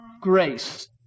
grace